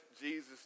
Jesus